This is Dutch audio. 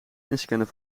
inscannen